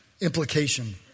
implication